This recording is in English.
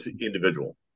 individual